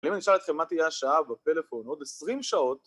אם אני אשאל אתכם מה תהיה השעה בפלאפון עוד 20 שעות